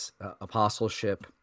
apostleship